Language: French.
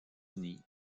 unis